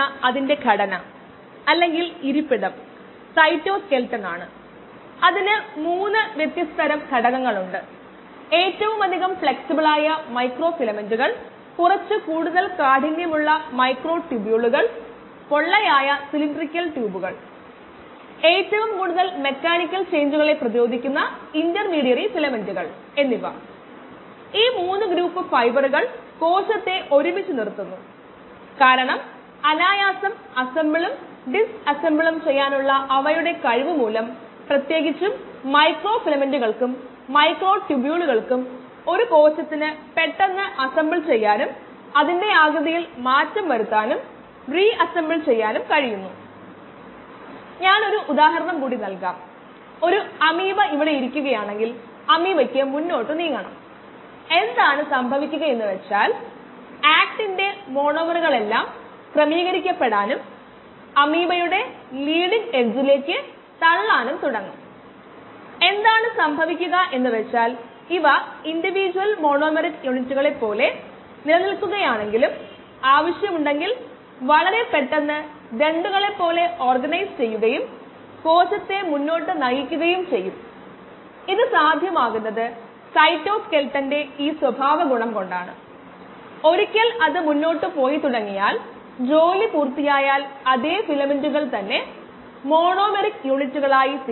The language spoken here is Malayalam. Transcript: അതിനാൽ അത് x നോട്ട് ആയി കണക്കാക്കാം ലാഗ് ഫേസിൽ കോശങ്ങളുടെ സാന്ദ്രതയിൽ വലിയ മാറ്റമൊന്നും സംഭവിച്ചിട്ടില്ലെന്ന് നമ്മൾ അനുമാനിക്കുന്നു അതിനാൽ x നോട്ട് അത് ലോഗ് ഫേസിന്റെ തുടക്കത്തിലെ കോശങ്ങളുടെ സാന്ദ്രതയും ലിറ്ററിന് 0